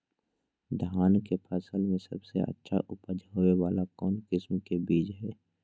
धान के फसल में सबसे अच्छा उपज होबे वाला कौन किस्म के बीज हय?